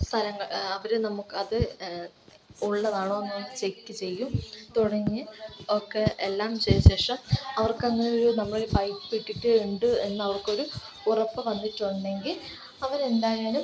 സ്ഥലങ്ങൾ അവർ നമുക്ക് അത് ഉള്ളതാണോ എന്ന് ചെക്ക് ചെയ്യും തുടങ്ങി ഒക്കെ എല്ലാം ചെയ്ത ശേഷം അവർക്ക് അങ്ങനൊരു നമ്മൾ പൈപ്പിട്ടിട്ട് ഉണ്ട് എന്ന് അവർക്കൊരു ഉറപ്പ് വന്നിട്ടുണ്ടെങ്കിൽ അവരെന്തായാലും